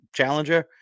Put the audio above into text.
challenger